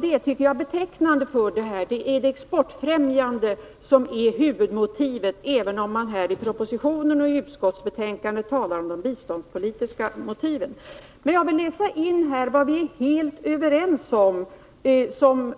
Det är det exportfrämjande syftet som är huvudmotivet, även om man i propositionen och betänkandet talar om de biståndspolitiska motiven. Jag vill läsa in i protokollet vad vi är helt överens om och som